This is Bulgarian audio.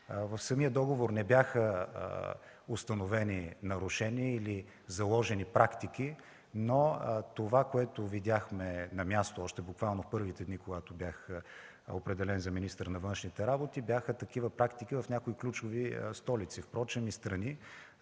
В самия договор не бяха установени нарушения или заложени практики, но това, което видяхме на място, още в първите дни, когато бях определен за министър на външните работи, бяха такива практики в някои ключови столици и страни.